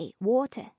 water